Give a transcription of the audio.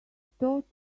thought